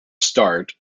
start